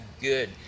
good